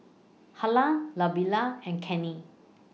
Harlan Lavera and Cannie